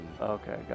Okay